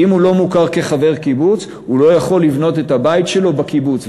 ואם הוא לא מוכר כחבר קיבוץ הוא לא יכול לבנות את הבית שלו בקיבוץ,